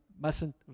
mustn't